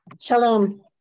Shalom